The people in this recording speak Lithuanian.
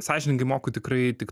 sąžiningai moku tikrai tik